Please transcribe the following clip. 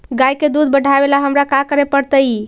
गाय के दुध बढ़ावेला हमरा का करे पड़तई?